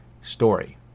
story